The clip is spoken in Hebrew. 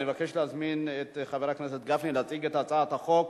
אני מבקש להזמין את חבר הכנסת גפני להציג את הצעת חוק